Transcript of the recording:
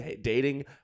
dating